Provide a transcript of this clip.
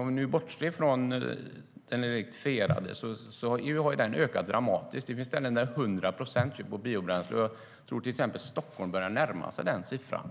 och bortser från den elektrifierade, har andelen biobränsle ökat dramatiskt. Det finns ställen där 100 procent går på biobränsle. Jag tror att till exempel Stockholm börjar närma sig den siffran.